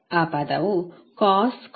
ಆ ಪದವು cos v i ಆಗಿತ್ತು